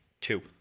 Two